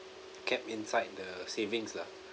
kept inside the savings lah